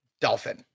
dolphin